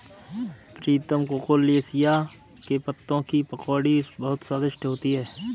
प्रीतम colocasia के पत्तों की पकौड़ी बहुत स्वादिष्ट होती है